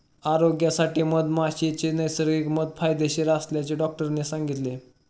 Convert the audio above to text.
आरोग्यासाठी मधमाशीचे नैसर्गिक मध फायदेशीर असल्याचे डॉक्टरांनी सांगितले